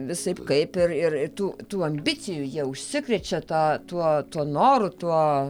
visaip kaip ir ir tų tų ambicijų jie užsikrečia tą tuo tuo noru tuo